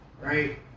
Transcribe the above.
right